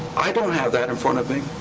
i don't have that in front of me,